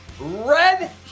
red